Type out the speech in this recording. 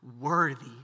worthy